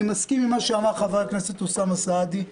אני מסכים עם מה שאמר חבר הכנסת אוסאמה סעדי,